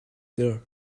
there